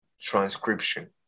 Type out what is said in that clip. transcription